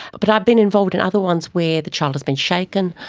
but i've been involved in other ones where the child has been shaken,